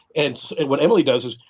and and what emily does is,